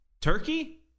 Turkey